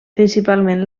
principalment